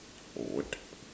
what